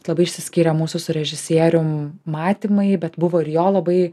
labai išsiskyrė mūsų su režisierium matymai bet buvo ir jo labai